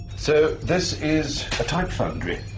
so, this is a type foundry.